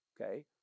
okay